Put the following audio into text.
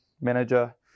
manager